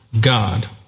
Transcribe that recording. God